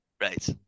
Right